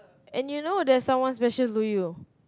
and you know there's someone special to you